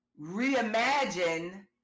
reimagine